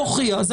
נכון.